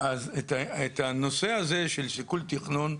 אז את הנושא הזה של סיכול תכנון,